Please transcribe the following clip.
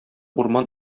урман